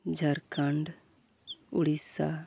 Jharkhand Odisha